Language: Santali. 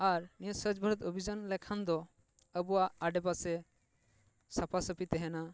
ᱟᱨ ᱱᱤᱭᱟᱹ ᱥᱚᱪᱪᱷᱚ ᱵᱷᱟᱨᱤᱛ ᱚᱵᱷᱤᱡᱟᱱ ᱞᱮᱠᱷᱟᱱ ᱫᱚ ᱟᱵᱚᱣᱟᱜ ᱟᱰᱮ ᱯᱟᱥᱮ ᱥᱟᱯᱷᱟ ᱥᱟᱹᱯᱷᱤ ᱛᱟᱦᱮᱱᱟ